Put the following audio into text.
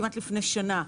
כמעט לפני שנה,